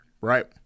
Right